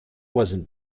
wasn’t